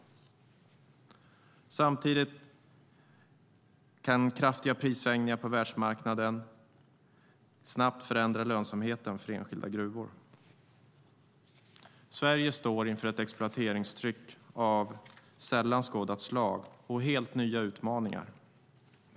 Samtidigt kan kraftiga prissvängningar på världsmarknaden snabbt förändra lönsamheten för enskilda gruvor. Sverige står inför ett exploateringstryck av sällan skådat slag och helt nya utmaningar.